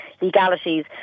legalities